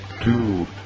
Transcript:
two